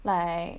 like